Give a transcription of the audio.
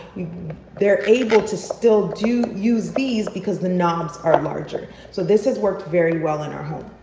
they're able to still do use these because the knobs are larger. so this has worked very well in our home.